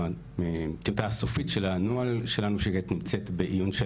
טיוטה סופית של הנוהל שלנו שכעת נמצא בעיון של